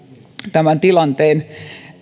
tämän tilanteen